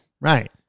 Right